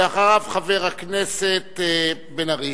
ואחריו, חבר הכנסת בן-ארי.